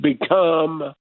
become